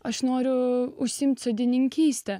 aš noriu užsiimti sodininkyste